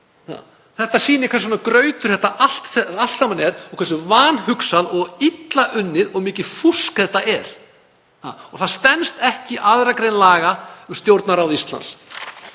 Þetta sýnir hvers konar grautur þetta er allt saman og hversu vanhugsað og illa unnið og mikið fúsk þetta er. Það stenst ekki 2. gr. laga um Stjórnarráð Íslands.